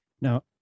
now